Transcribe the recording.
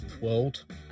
world